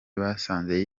basanze